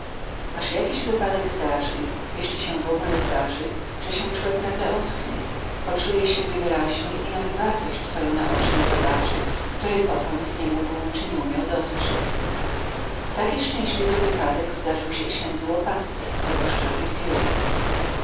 aż jakiś wypadek zdarzy jeśli się wogóle zdarzy że się człek nagle ocknie poczuje siebie wyraźnie i nawet wartość swoją naocznie zobaczy której podotąd nie mógł czy nie umiał dostrzec taki szczęśliwy wypadek zdarzył się księdzu łopatce proboszczowi z wiórek